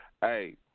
Hey